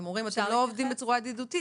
אתם אומרים - אתם לא עובדים בצורה ידידותית,